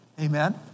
Amen